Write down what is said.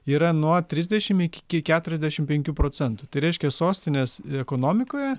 yra nuo trisdešim iki ki keturiasdešim penkių procentų tai reiškia sostinės ekonomikoje